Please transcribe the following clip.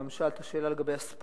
הוא שאל את השאלה גם לגבי הספורט,